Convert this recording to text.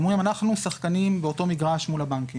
הם אמרו לנו: אנחנו שחקנים באותו מגרש מול הבנקים.